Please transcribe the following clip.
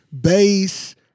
bass